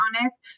honest